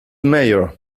major